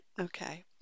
okay